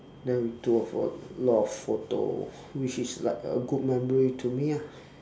then we took of a lot of photo which is like a good memory to me ah